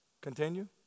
Continue